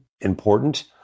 important